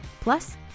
Plus